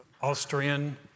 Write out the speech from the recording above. Austrian